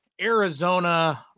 arizona